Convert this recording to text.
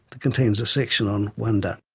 that contains a section on wonder.